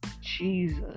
Jesus